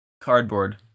Cardboard